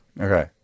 Okay